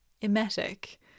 emetic